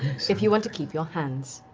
if you want to keep your hands.